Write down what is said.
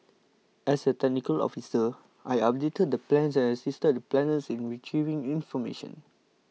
as a technical officer I updated plans and assisted the planners in retrieving information